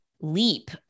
leap